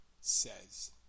says